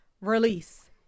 release